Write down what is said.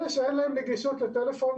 אלה שאין להם נגישות לטלפון,